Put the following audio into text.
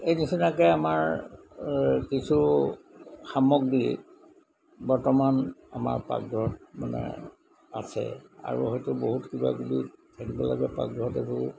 এই নিচিনাকৈ আমাৰ কিছু সামগ্ৰী বৰ্তমান আমাৰ পাকঘৰত মানে আছে আৰু হয়তো বহুত কিবা কিবি থাকিব লাগে পাকঘৰত এইবোৰ